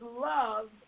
love